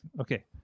Okay